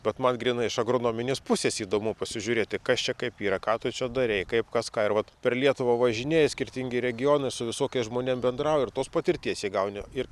bet man grynai iš agronomijos pusės įdomu pasižiūrėti kas čia kaip yra ką tu čia darei kaip kas ką ir vat per lietuvą važinėja skirtingi regionai su visokiais žmonėm bendrauju ir tos patirties įgauni ir